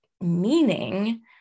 meaning